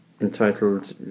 entitled